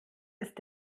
ist